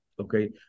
okay